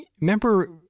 remember